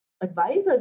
advisors